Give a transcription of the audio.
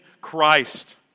Christ